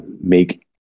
make